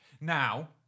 now